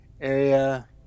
area